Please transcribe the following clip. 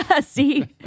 See